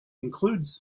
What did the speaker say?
includes